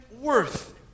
worth